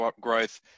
growth